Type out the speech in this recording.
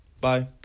Bye